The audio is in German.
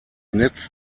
netz